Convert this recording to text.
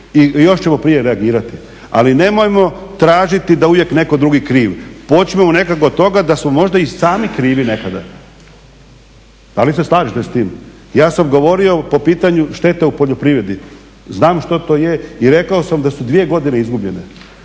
i još ćemo prije reagirati. Ali nemojmo tražiti da je uvijek netko drugi kriv. Počnimo nekako od toga da smo možda i sami krivi nekada. Da li se slažete s tim? Ja sam govorio po pitanju štete u poljoprivredi, znam što to je i rekao sam da su dvije godine izgubljene,